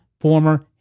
former